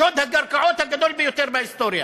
שוד הקרקעות הגדול ביותר בהיסטוריה